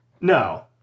No